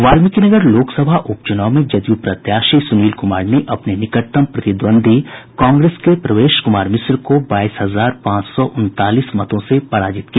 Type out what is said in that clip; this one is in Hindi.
वाल्मीकिनगर लोकसभा उप चूनाव में जदयू प्रत्याशी सुनील कुमार ने अपने निकटतम प्रतिद्वंद्वी कांग्रेस के प्रवेश कुमार मिश्रा को बाईस हजार पांच सौ उनचालीस मतों से पराजित किया